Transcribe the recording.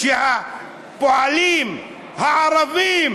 שהפועלים הערבים